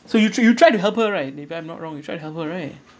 so you you tried to help her right if I'm not wrong you tried to help her right